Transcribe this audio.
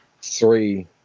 three